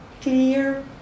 clear